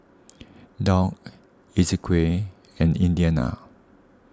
Dock Ezequiel and Indiana